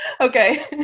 Okay